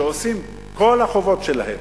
שעושים את כל החובות שלהם.